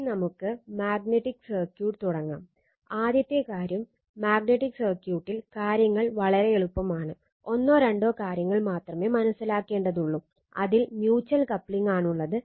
ഇനി നമുക്ക് magnetic circuit ആണുള്ളത്